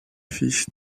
fils